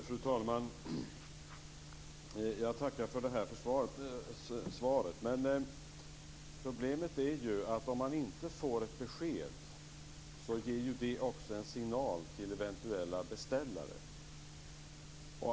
Fru talman! Jag tackar för det svaret. Men problemet är ju att om man inte får ett besked ger detta en signal till eventuella beställare.